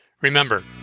Remember